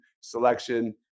selection